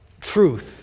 truth